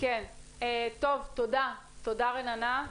תודה רננה.